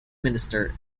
minister